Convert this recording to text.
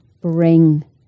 bring